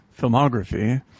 filmography